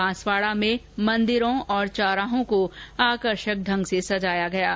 बांसवाड़ा में मन्दिरों और चौराहों को आकर्षक ढंग से सजाया गया है